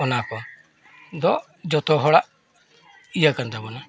ᱚᱱᱟ ᱠᱚᱫᱚ ᱡᱚᱛᱚ ᱦᱚᱲᱟᱜ ᱤᱭᱟᱹ ᱠᱟᱱ ᱛᱟᱵᱚᱱᱟ